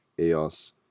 EOS